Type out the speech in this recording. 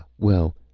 well.